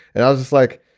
and i was just like,